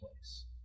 place